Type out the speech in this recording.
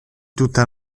tutta